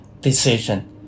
decision